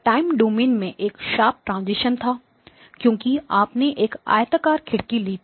time domain में एक sharp transition था क्योंकि आपने एक आयताकार खिड़की ली थी